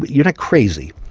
you're not crazy,